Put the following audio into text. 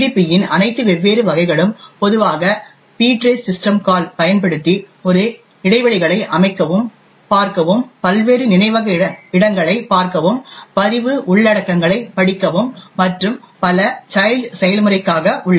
பியின் அனைத்து வெவ்வேறு வகைகளும் பொதுவாக ptrace சிஸ்டம் கால் பயன்படுத்தி ஒரு இடைவெளிகளை அமைக்கவும் பார்க்கவும் பல்வேறு நினைவக இடங்களைப் பார்க்கவும் பதிவு உள்ளடக்கங்களைப் படிக்கவும் மற்றும் பல சைல்ட் செயல்முறைக்காக உள்ளது